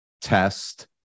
test